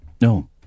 No